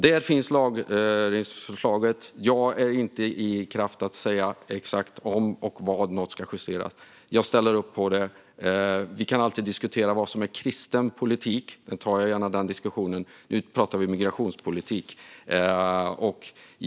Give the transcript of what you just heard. Det finns i lagförslaget. Jag kan inte säga exakt om något ska justeras och i så fall vad. Jag ställer upp på det. Vi kan alltid diskutera vad som är kristen politik - den diskussionen tar jag gärna - men nu pratar vi migrationspolitik.